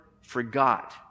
forgot